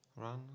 run